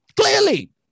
Clearly